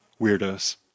weirdos